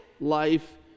life